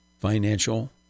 financial